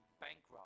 bankrupt